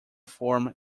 form